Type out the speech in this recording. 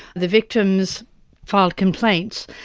the victims filed complaints.